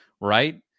right